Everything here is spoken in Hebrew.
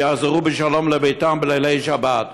שיחזרו בשלום לביתם בלילות שבת,